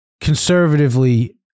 conservatively